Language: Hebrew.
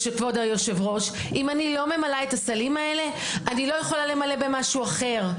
כבוד היושב-ראש, אני לא יכולה למלא במשהו אחר.